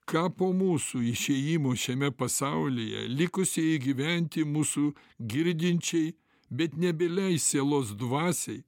ką po mūsų išėjimų šiame pasaulyje likusieji gyventi mūsų girdinčiai bet nebyliai sielos dvasiai